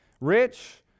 rich